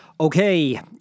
Okay